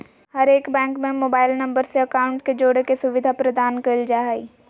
हरेक बैंक में mobile number से अकाउंट के जोड़े के सुविधा प्रदान कईल जा हइ